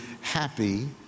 happy